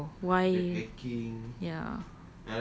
I pun tak tahu why ya